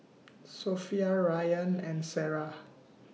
Sofea Rayyan and Sarah